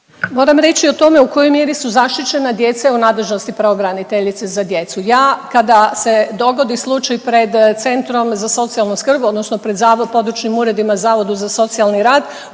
Moram reći u tome u kojoj mjeri su zaštićena djeca je u nadležnosti pravobraniteljice za djecu. Ja, kada se dogodi slučaj pred Centrom za socijalnu skrb, odnosno pred .../nerazumljivo/... područnim uredima Zavoda za socijalni rad,